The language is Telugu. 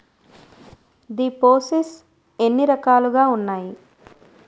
దిపోసిస్ట్స్ ఎన్ని రకాలుగా ఉన్నాయి?